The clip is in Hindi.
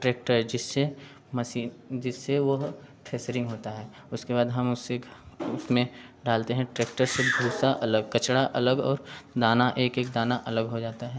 ट्रेक्टर जिससे मशीन जिससे वह थेशरिंग होता है उसके बाद हम उससे एक उसमें डालते हैं टेक्टर से से भूंसा अलग कचड़ा अलग और दाना एक एक दाना अलग हो जाता है